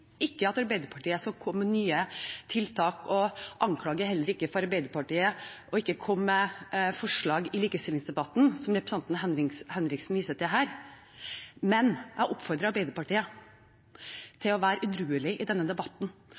ikke at Arbeiderpartiet skal komme med nye tiltak, og anklager heller ikke Arbeiderpartiet for ikke å komme med forslag i likestillingsdebatten, som representanten Henriksen viser til her. Men jeg oppfordrer Arbeiderpartiet til å være edruelig i denne debatten